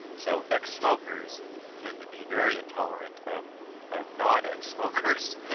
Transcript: so ex-smokers tend to be very intolerant of of non-ex-smokers